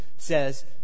says